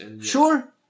Sure